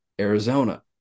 Arizona